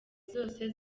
zose